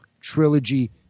trilogy